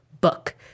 book